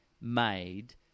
made